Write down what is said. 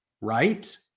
right